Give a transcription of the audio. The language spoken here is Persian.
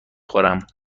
خورم